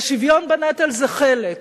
ושוויון בנטל זה חלק